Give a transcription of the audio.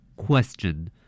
Question